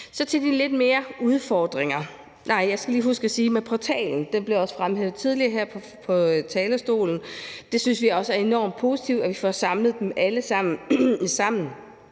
Så vil jeg gå lidt mere til udfordringerne. Nej, jeg skal lige huske at sige noget om portalen. Den blev også fremhævet tidligere her på talerstolen. Vi synes også, det er enormt positivt, at vi får samlet dem alle sammen